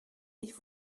ich